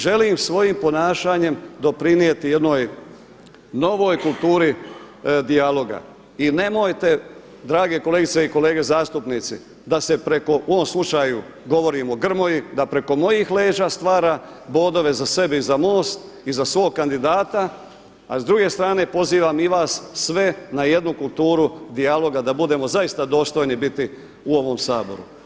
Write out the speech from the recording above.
Želim svojim ponašanjem doprinijeti jednoj novoj kulturi dijaloga i nemojte drage kolegice i kolege zastupnici, da se preko u ovom slučaju govorim o Grmoji, da preko mojih leđa stvara bodove za sebe i za MOST i za svog kandidata, a s druge strane pozivam i vas sve na jednu kulturu dijaloga da budemo zaista dostojni biti u ovome Saboru.